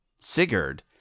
Sigurd